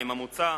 המוצע,